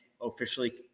officially